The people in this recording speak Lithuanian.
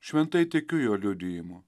šventai tikiu jo liudijimu